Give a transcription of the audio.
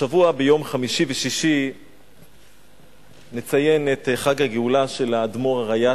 השבוע בימי חמישי ושישי נציין את חג הגאולה של האדמו"ר הריי"צ,